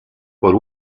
por